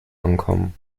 ankommen